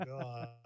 god